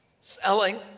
selling